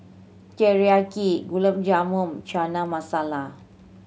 Teriyaki Gulab Jamun Chana Masala